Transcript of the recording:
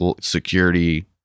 security